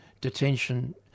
detention